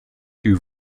two